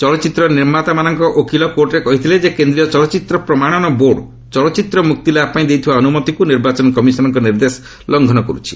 ଚଳଚ୍ଚିତ୍ରର ନିର୍ମାତାମାନଙ୍କ ଓକିଲ କୋର୍ଟରେ କହିଥିଲେ ଯେ କେନ୍ଦ୍ରୀୟ ଚଳଚ୍ଚିତ୍ର ପ୍ରମାଣନ ବୋର୍ଡ଼ ଚଳଚ୍ଚିତ୍ରର ମୁକ୍ତିଲାଭ ପାଇଁ ଦେଇଥିବା ଅନୁମତିକୁ ନିର୍ବାଚନ କମିଶନ୍ଙ୍କ ନିର୍ଦ୍ଦେଶ ଲଙ୍ଘନ କରୁଛି